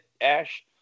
Ash